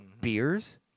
beers